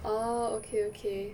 orh okay okay